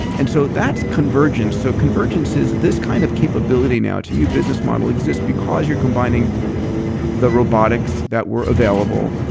and so that's convergence. so convergence is this kind of capability now, it's a new business model exists because you're combining the robotics that were available,